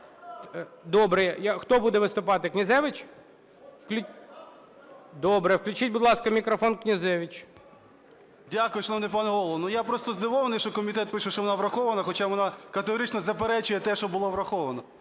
Добре! Хто буде виступати? Князевич? Добре, включіть, будь ласка, мікрофон Князевичу. 13:52:05 КНЯЗЕВИЧ Р.П. Дякую, шановний пане Голово! Ну, я просто здивований, що комітет пише, що вона врахована, хоча вона категорично заперечує те, що було враховано.